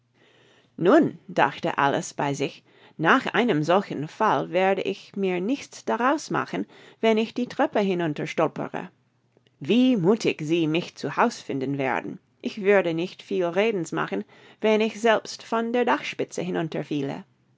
nun dachte alice bei sich nach einem solchen fall werde ich mir nichts daraus machen wenn ich die treppe hinunter stolpere wie muthig sie mich zu haus finden werden ich würde nicht viel redens machen wenn ich selbst von der dachspitze hinunter